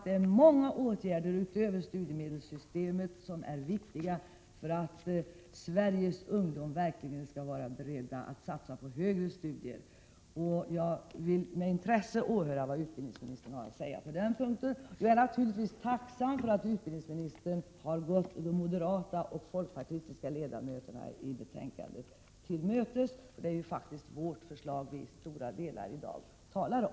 Det är många åtgärder utöver studiemedelssystemet som är viktiga för att Sveriges ungdom verkligen skall vara beredd att satsa på högre studier. Jag kommer med intresse att åhöra vad utbildningsministern har att säga på den punkten. Naturligtvis är jag tacksam för att utbildningsministern har gått de moderata och folkpartistiska ledamöterna i utskottet till mötes. Det är ju faktiskt i stora delar vårt förslag som det i dag talas om.